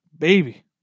Baby